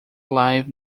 live